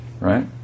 right